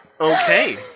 Okay